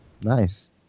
Nice